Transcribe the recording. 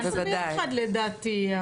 היינו ביחד, לדעתי.